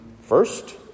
first